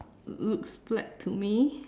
l~ looks black to me